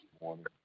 morning